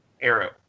Arrow